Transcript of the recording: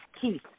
Keith